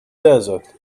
desert